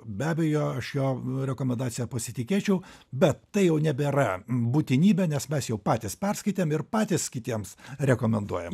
be abejo aš jo rekomendacija pasitikėčiau bet tai jau nebėra būtinybė nes mes jau patys perskaitėm ir patys kitiems rekomenduojam